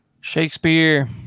Shakespeare